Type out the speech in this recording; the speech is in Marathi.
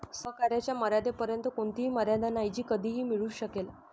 सहकार्याच्या मर्यादेपर्यंत कोणतीही मर्यादा नाही जी कधीही मिळू शकेल